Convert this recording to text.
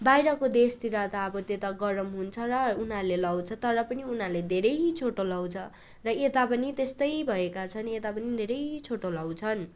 बाहिरको देशतिर त अब त्यता गरम हुन्छ र उनीहरूले लाउँछ तर पनि उनीहरूले धेरै छोटो लाउँछ र यता पनि त्यस्तै भएका छन् यता पनि धेरै छोटो लाउँछन्